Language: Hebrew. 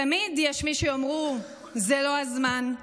תמיד יש מי שיאמרו: זה לא הזמן,